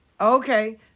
Okay